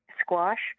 squash